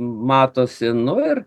matosi nu ir